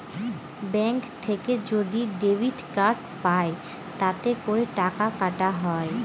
bank থেকে যদি debit card পাই তাতে করে টাকা কাটা হয়